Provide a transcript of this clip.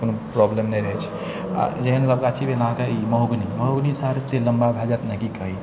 कोनो प्रॉब्लम नहि रहै छै आओर जेहन गाछीमे अहाँके महोगनी महोगनी लम्बा भए जायत की कही